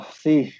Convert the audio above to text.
see